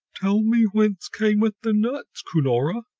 tell me whence cameth the nuts, cunora!